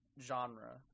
genre